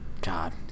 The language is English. god